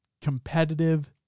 competitive